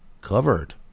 covered